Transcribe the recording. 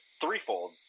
threefold